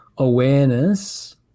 awareness